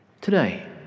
Today